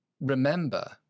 remember